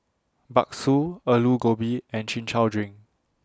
Bakso Aloo Gobi and Chin Chow Drink